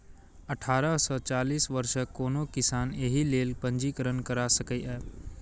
अठारह सं चालीस वर्षक कोनो किसान एहि लेल पंजीकरण करा सकैए